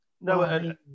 No